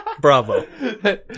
Bravo